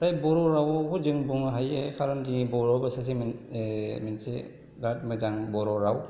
ओमफ्राय बर' रावआवबो जों बुंनो हायो कारन जोंनि बर'आव सासे मोनसे बिराथ मोजां बर' राव